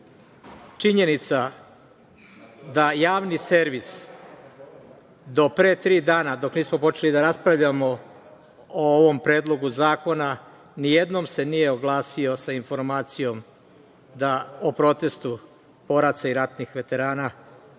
činjenica da javni servis do pre tri dana, dok nismo počeli da raspravljamo o ovom Predlogu zakona nijednom se nije oglasio sa informacijom da o protestu boraca i ratnih veterana